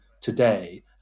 today